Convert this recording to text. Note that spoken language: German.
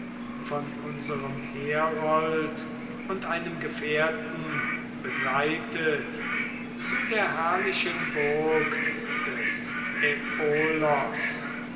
von unserem herold und einem gefährten begleitet zu der herrlichen burg des